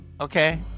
okay